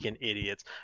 idiots